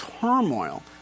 turmoil